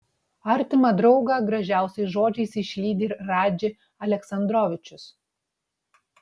artimą draugą gražiausiais žodžiais išlydi ir radži aleksandrovičius